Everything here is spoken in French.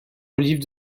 olive